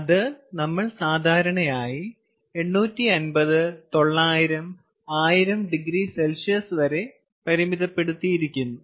അത് നമ്മൾ സാധാരണയായി 850 900 1000oC വരെ പരിമിതപ്പെടുത്തിയിരിക്കുന്നു